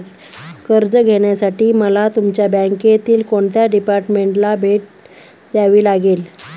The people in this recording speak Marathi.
कर्ज घेण्यासाठी मला तुमच्या बँकेतील कोणत्या डिपार्टमेंटला भेट द्यावी लागेल?